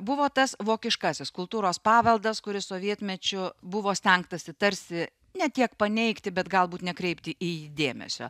buvo tas vokiškasis kultūros paveldas kuris sovietmečiu buvo stengtasi tarsi ne tiek paneigti bet galbūt nekreipti į jį dėmesio